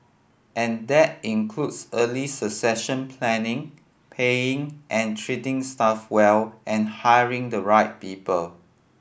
and that includes early succession planning paying and treating staff well and hiring the right people